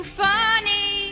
funny